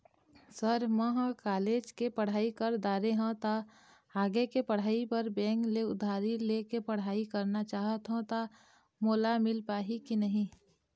Sir म ह college के पढ़ाई कर दारें हों ता आगे के पढ़ाई बर बैंक ले उधारी ले के पढ़ाई करना चाहत हों ता मोला मील पाही की नहीं?